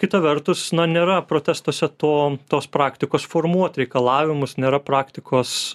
kita vertus nėra protestuose to tos praktikos formuot reikalavimus nėra praktikos